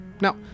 Now